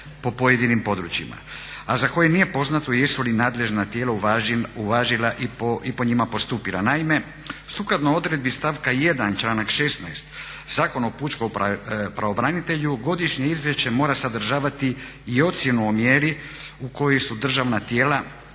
po pojedinim područjima, a za koje nije poznato jesu li nadležna tijela uvažila i po njima postupila. Naime, sukladno odredbi stavka 1. članak 16. Zakon o pučkom pravobranitelju Godišnje izvješće mora sadržavati i ocjenu o mjeri u kojoj su državna tijela,